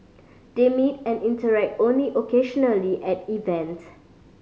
they meet and interact only occasionally at events